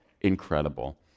incredible